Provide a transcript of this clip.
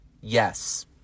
Yes